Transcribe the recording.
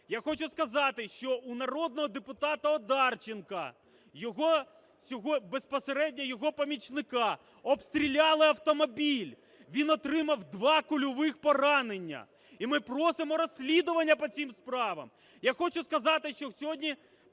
Я хочу сказати, що у народного депутата Одарченка, безпосередньо його помічника, обстріляли автомобіль, він отримав два кульових поранення. І ми просимо розслідування по цим справам. Я хочу сказати, що сьогодні